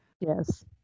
Yes